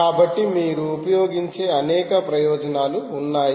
కాబట్టి మీరు ఉపయోగించే అనేక ప్రయోజనాలు ఉన్నాయి